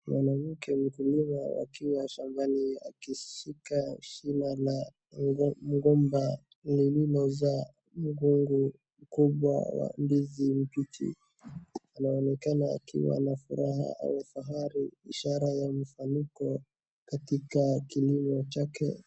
Mwanamke mkulima akiwa shambani akishika shina la mgomba lililo zaa mkungu mkubwa wa ndizi mbichi, anaonekana akiwa na furaha au fahari ishara ya mafaniko katika kilimo chake.